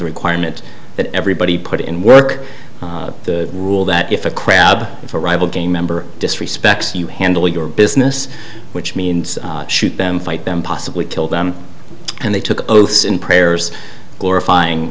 requirement that everybody put in work the rule that if a crowd of a rival gay member disrespects you handle your business which means shoot them fight them possibly kill them and they took oath in prayers glorifying